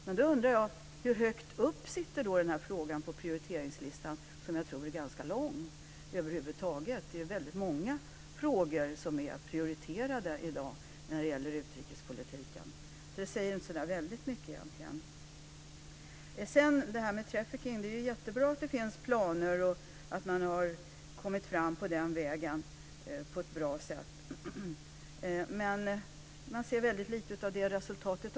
Men då undrar jag hur högt den här frågan står på prioriteringslistan, som jag tror är ganska lång. Det är väldigt många frågor som är prioriterade i dag när det gäller utrikespolitiken, så det säger egentligen inte så väldigt mycket. När det sedan gäller detta med trafficking är det jättebra att det finns planer och att man har kommit fram på den vägen på ett bra sätt. Men man ser väldigt lite också av det resultatet.